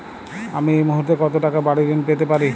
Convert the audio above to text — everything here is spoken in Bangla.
আমি এই মুহূর্তে কত টাকা বাড়ীর ঋণ পেতে পারি?